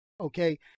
okay